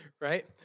Right